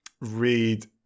read